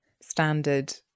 standard